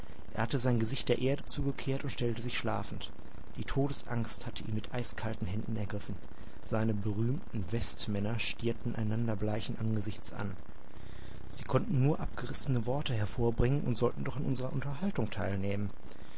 er hatte sein gesicht der erde zugekehrt und stellte sich schlafend die todesangst hatte ihn mit eiskalten händen ergriffen seine berühmten westmänner stierten einander bleichen angesichts an sie konnten nur abgerissene worte hervorbringen und sollten doch an unserer unterhaltung teilnehmen